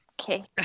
Okay